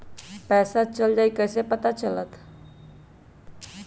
पैसा चल गयी कैसे पता चलत?